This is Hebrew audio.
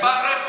ברחוב, דודי.